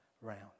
round